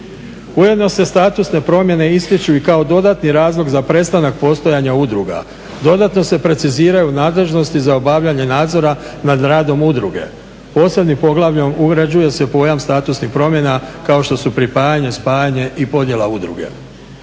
Ujedno se statusne promjene ističu i kao dodatni razlog za prestanak postojanja udruga dodatno se preciziraju nadležnosti za obavljanje nadzora nad radom udruge. Posebnim poglavljem uređuje se pojam statusnih promjena kao što su pripajanje, spajanje i podjela udruge.